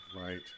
Right